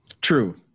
True